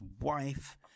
wife